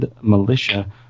Militia